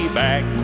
back